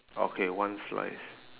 okay one slice